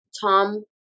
Tom